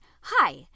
hi